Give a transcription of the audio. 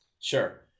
Sure